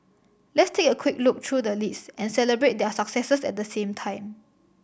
let's take a quick look through the list and celebrate their successes at the same time